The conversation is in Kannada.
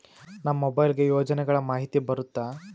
ನಮ್ ಮೊಬೈಲ್ ಗೆ ಯೋಜನೆ ಗಳಮಾಹಿತಿ ಬರುತ್ತ?